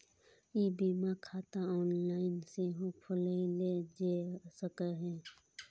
ई बीमा खाता ऑनलाइन सेहो खोलाएल जा सकैए